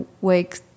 wake